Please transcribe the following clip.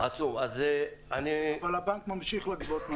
אבל הבנק ממשיך לגבות מהם.